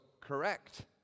correct